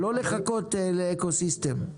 אז לא לחכות לאקוסיסטם.